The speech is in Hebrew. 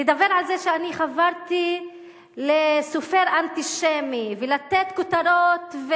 לדבר על זה שאני חברתי לסופר אנטישמי ולתת כותרות,